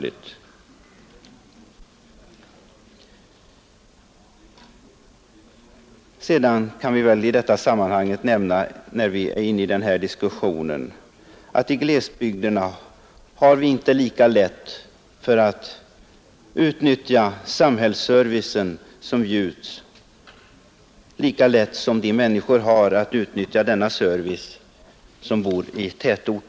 I det sammanhanget kan också nämnas att de människor som bor i glesbygderna inte har samma möjligheter som människorna i tätorterna att utnyttja all den samhällsservice som bjuds.